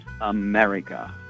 America